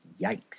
Yikes